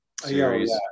series